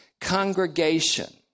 Congregation